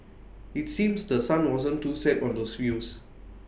IT seems The Sun wasn't too set on those views